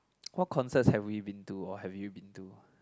what concerts have we been to or have you been to